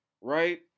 Right